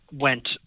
went